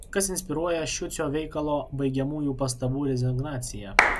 kas inspiruoja šiuco veikalo baigiamųjų pastabų rezignaciją